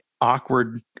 awkward